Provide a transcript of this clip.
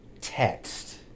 text